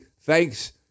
thanks